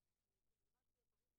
כאשר אנחנו מגיעים